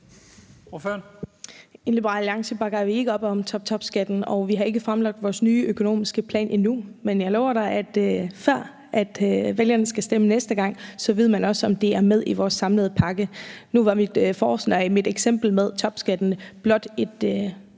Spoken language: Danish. I Liberal Alliance bakker vi ikke op om toptopskatten, og vi har ikke fremlagt vores nye økonomiske plan endnu, men jeg lover dig, at før vælgerne skal stemme næste gang, ved man også, om det er med i vores samlede pakke. Nu var mit eksempel med topskatten blot et